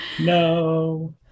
No